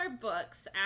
books